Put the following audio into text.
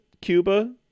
Cuba